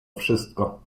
wszystko